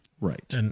Right